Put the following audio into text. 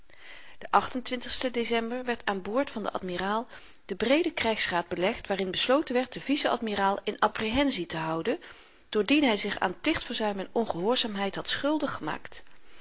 de december werd aan boord van den admiraal de breede krygsraad belegd waarin besloten werd den vice-admiraal in apprehensie te houden doordien hy zich aan plichtverzuim en ongehoorzaamheid had schuldig gemaakt